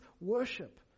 worship